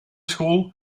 school